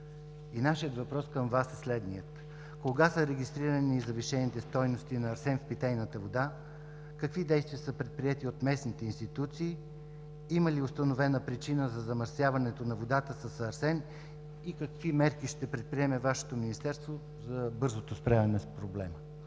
Нашите въпроси към Вас са следните: Кога са регистрирани завишените стойности на арсен в питейната вода? Какви действия са предприети от местните институции? Има ли установена причина за замърсяването на водата с арсен и какви мерки ще предприеме Вашето министерство за бързото справяне с проблема?